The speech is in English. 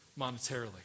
monetarily